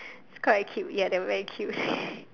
is quite cute ya they are very cute